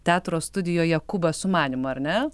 teatro studijoje kubas sumanymų ar ne